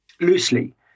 Loosely